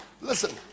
Listen